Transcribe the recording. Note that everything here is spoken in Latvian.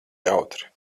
jautri